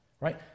right